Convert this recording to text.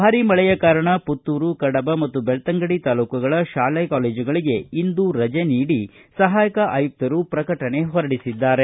ಭಾರಿ ಮಳೆಯ ಕಾರಣ ಪುತ್ತೂರು ಕಡಬ ಮತ್ತು ಬೆಳ್ತಂಗಡಿ ತಾಲ್ಲೂಕುಗಳ ತಾಲೆ ಕಾಲೇಜುಗಳಿಗೆ ಇಂದು ರಜೆ ನೀಡಿ ಸಹಾಯಕ ಆಯುಕ್ತರು ಪ್ರಕಟಣೆ ಹೊರಡಿಸಿದ್ದಾರೆ